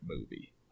movie